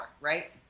right